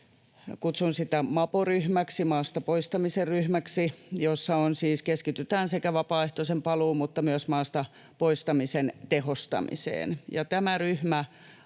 kutsun sitä mapo-ryhmäksi, maasta poistamisen ryhmäksi — jossa siis keskitytään vapaaehtoisen paluun mutta myös maasta poistamisen tehostamiseen.